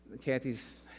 Kathy's